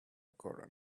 corral